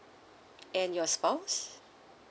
and your spouse